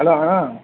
hello ಅಣ್ಣ